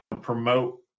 promote